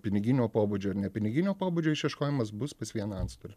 piniginio pobūdžio ar nepiniginio pobūdžio išieškojimas bus pas vieną antstolį